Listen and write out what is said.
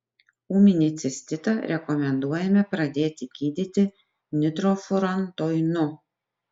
ūminį cistitą rekomenduojame pradėti gydyti nitrofurantoinu